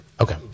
Okay